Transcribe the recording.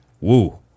woo